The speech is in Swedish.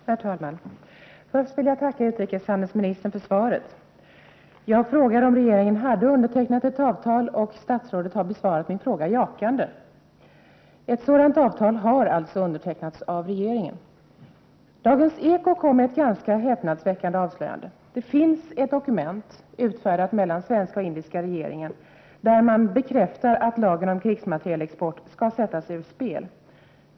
Herr talman! Jag vill först tacka utrikeshandelsministern för svaret. Jag frågade om regeringen hade undertecknat ett avtal, och statsrådet har besvarat min fråga jakande. Ett sådant avtal har alltså undertecknats av regeringen. Dagens Eko kom med ett ganska häpnadsväckande avslöjande: Det finns ett dokument utfärdat av den svenska och den indiska regeringen, där man bekräftar att lagen om krigsmaterielexport skall sättas ur spel.